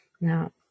now